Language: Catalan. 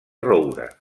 roure